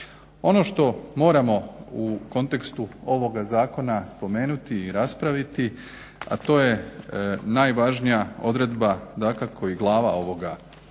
Ono što moramo u kontekstu ovoga zakona spomenuti i raspraviti a to je najvažnija odredba dakako i glava ovoga zakona